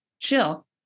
chill